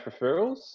referrals